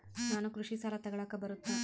ನಾನು ಕೃಷಿ ಸಾಲ ತಗಳಕ ಬರುತ್ತಾ?